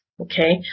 Okay